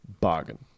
bargain